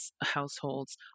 households